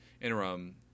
interim